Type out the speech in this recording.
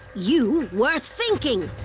you were thinking.